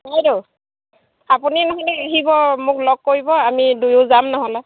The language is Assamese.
বাইদ' আপুনি নহ'লে আহিব মোক লগ কৰিব আমি দুয়ো যাম নহ'লে